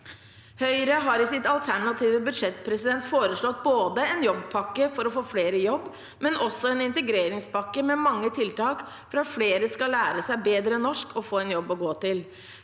Høyre har i sitt alternative budsjett foreslått både en jobbpakke for å få flere i jobb og en integreringspakke med mange tiltak for at flere skal lære seg bedre norsk og få en jobb å gå til.